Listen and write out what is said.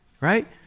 right